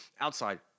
outside